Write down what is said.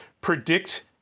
predict